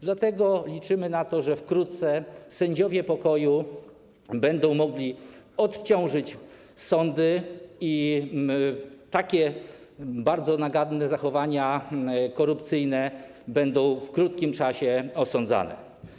Dlatego liczymy na to, że wkrótce sędziowie pokoju będą mogli odciążyć sądy i te bardzo naganne zachowania korupcyjne będą w krótkim czasie osądzane.